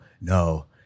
no